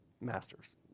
masters